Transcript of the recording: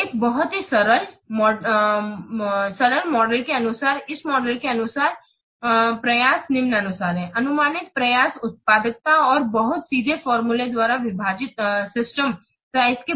एक बहुत ही सरल मॉडल के अनुसार इस मॉडल के अनुसार प्रयास निम्नानुसार है अनुमानित प्रयास उत्पादकता और बहुत सीधे फार्मूला द्वारा विभाजित सिस्टम साइज़ के बराबर है